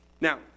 Now